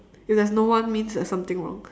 if there's no one means there's something wrong